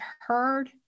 heard